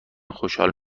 خوشحال